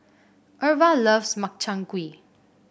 Irva loves Makchang Gui